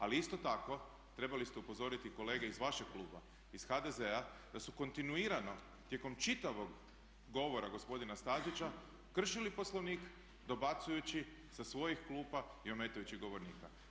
Ali isto tako trebali ste upozoriti kolege iz vašeg kluba, iz HDZ-a da su kontinuirano tijekom čitavog govora gospodina Stazića kršili Poslovnik dobacujući sa svojih klupa i ometajući govornika.